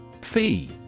Fee